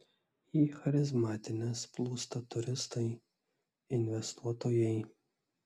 į charizmatines plūsta turistai investuotojai